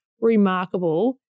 remarkable